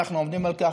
אנחנו עומדים על כך,